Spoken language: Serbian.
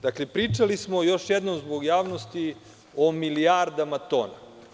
Dakle, pričali smo, još jednom zbog javnosti, o milijardama tona.